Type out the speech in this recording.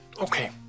okay